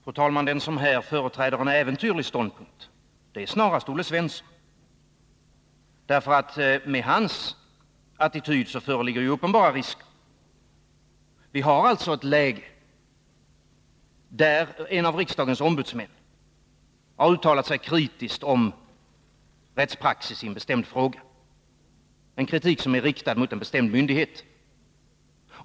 Fru talman! Den som här företräder en äventyrlig ståndpunkt är snarast Olle Svensson. Med hans attityd föreligger uppenbara risker. Vi har alltså ett läge där en av riksdagens ombudsmän har uttalat sig kritiskt om rättspraxis i en bestämd fråga, och kritiken är riktad mot en bestämd myndighet.